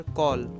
call